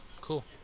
Cool